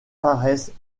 paraissent